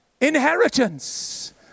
inheritance